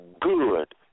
good